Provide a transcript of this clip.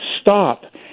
stop